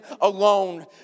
alone